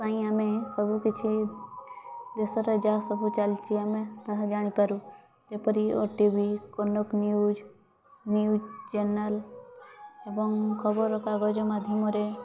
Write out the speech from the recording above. ପାଇଁ ଆମେ ସବୁ କିଛି ଦେଶରେ ଯାହା ସବୁ ଚାଲ୍ଚି ଆମେ ତାହା ଜାଣିପାରୁ ଯେପରି OTV Kanak news news channel ଏବଂ ଖବରକାଗଜ ମାଧ୍ୟମରେ